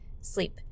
sleep